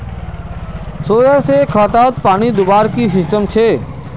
Solar से खेतोत पानी दुबार की सिस्टम छे?